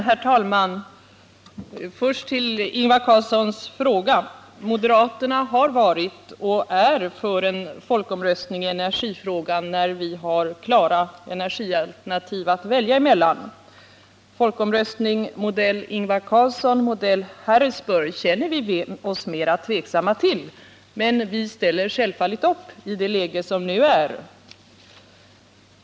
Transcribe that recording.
Herr talman! Först till Ingvar Carlssons fråga. Moderaterna har varit och är för en folkomröstning i energifrågan när vi har klara energialternativ att välja mellan. Folkomröstning av modell Ingvar Carlsson, modell Harrisburg, känner vi oss mera tveksamma till. Men vi ställer självfallet upp i det läge som nu är.